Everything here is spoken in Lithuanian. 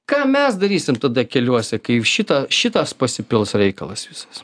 ką mes darysim tada keliuose kai jau šitą šitas pasipils reikalas visas